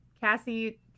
cassie